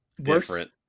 different